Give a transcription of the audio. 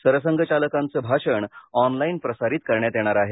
सरसंघचालकांचं भाषण ऑनलाईन प्रसारित करण्यात येणार आहे